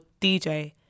DJ